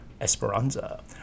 Esperanza